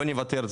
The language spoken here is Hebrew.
לא נוותר,